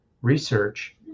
research